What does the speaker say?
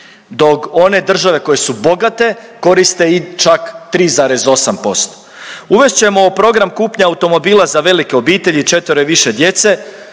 dok one države koje su bogate koriste i čak 3,8%. Uvest ćemo program kupnje automobila za velike obitelji, 4-ero i više djece,